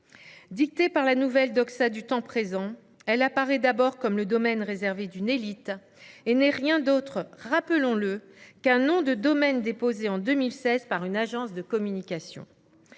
Dictée par la nouvelle doxa du temps présent, elle apparaît d’abord comme le domaine réservé d’une élite et n’est rien d’autre, rappelons le, qu’un nom de domaine déposé en 2016 par une agence de communication.